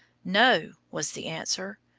no, was the answer.